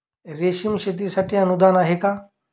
रेशीम शेतीसाठी अनुदान आहे का?